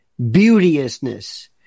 beauteousness